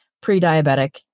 pre-diabetic